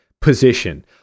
position